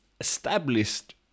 established